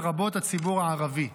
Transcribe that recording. לרבות הציבור הערבי".